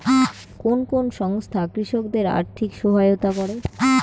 কোন কোন সংস্থা কৃষকদের আর্থিক সহায়তা করে?